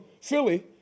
Philly